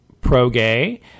pro-gay